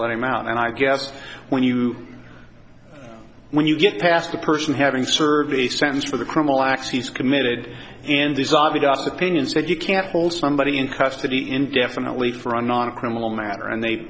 let him out and i guess when you when you get past the person having served the sentence for the criminal acts he's committed and the zombie just opinion said you can't hold somebody in custody indefinitely for a non criminal matter and they